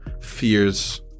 fears